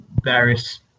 various